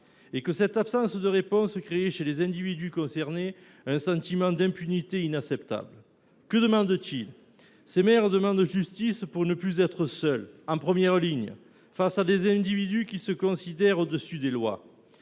et que cette absence de réponse créait chez les individus concernés un sentiment d’impunité inacceptable. C’est vrai. Que demandent ces maires ? Ils demandent justice pour ne plus être seuls, en première ligne, face à des individus qui se considèrent au dessus des lois.